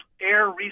air